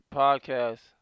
podcast